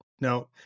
no